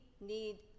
need